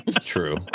True